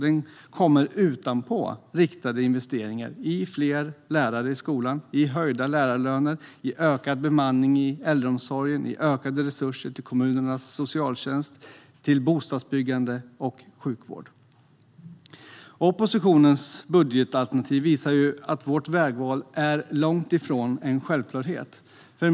Den kommer utanpå riktade investeringar i fler lärare i skolan, i höjda lärarlöner, ökad bemanning i äldreomsorgen, ökade resurser till kommunernas socialtjänst, bostadsbyggande och sjukvård. Oppositionens budgetalternativ visar att vårt vägval är långt ifrån en självklarhet.